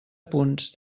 punts